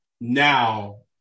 now